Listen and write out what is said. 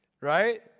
Right